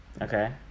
okay